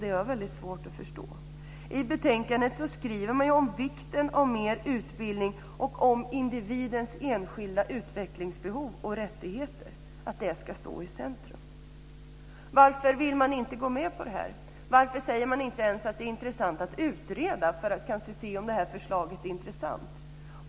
Det har jag svårt att förstå. I betänkandet skriver man ju om vikten av mer utbildning och individens enskilda utvecklingsbehov och rättigheter, och att det ska stå i centrum. Varför vill man inte gå med på det här? Varför säger man inte ens att det är intressant att utreda för att se om förslaget är intressant?